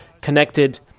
connected